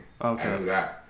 Okay